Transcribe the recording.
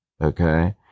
okay